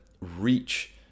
reach